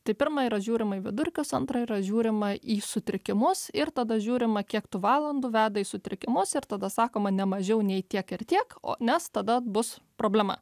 tai pirma yra žiūrima į vidurkius antra yra žiūrima į sutrikimus ir tada žiūrima kiek tų valandų veda į sutrikimus ir tada sakoma ne mažiau nei tiek ir tiek o nes tada bus problema